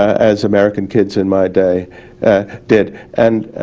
as american kids in my day did. and